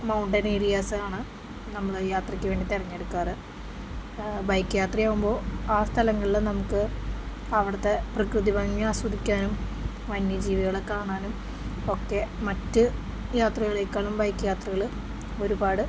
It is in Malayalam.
മൗണ്ടൻ ഏരിയാസാണ് നമ്മള് യാത്രയ്ക്ക് വേണ്ടി തെരഞ്ഞെടുക്കാറ് ബൈക്ക് യാത്രയാകുമ്പോള് ആ സ്ഥലങ്ങളില് നമുക്ക് അവിടുത്തെ പ്രകൃതിഭംഗി ആസ്വദിക്കാനും വന്യജീവികളെ കാണാനുമൊക്കെ മറ്റ് യാത്രകളേക്കാളും ബൈക്ക് യാത്രകള് ഒരുപാട്